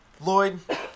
Lloyd